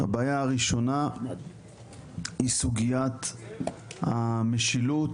הבעיה הראשונה היא סוגיית המשילות,